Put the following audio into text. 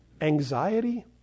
anxiety